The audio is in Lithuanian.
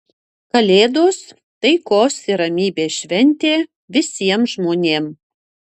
kalėdos taikos ir ramybės šventė visiem žmonėm